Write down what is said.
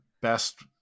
best